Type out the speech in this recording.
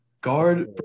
guard